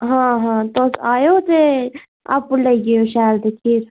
हां हां तुस आएओ ते आपूं लेई जाएओ शैल दिक्खियै